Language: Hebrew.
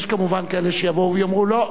יש כמובן אשר יאמרו: לא,